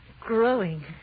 Growing